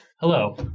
hello